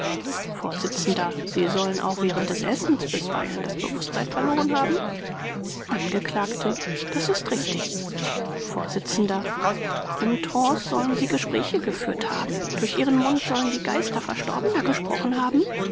vors sie sollen auch während des essens bisweilen das bewußtsein verloren haben angekl das ist richtig vors im trance sollen sie gespräche geführt haben durch ihren mund sollen die geister verstorbener gesprochen haben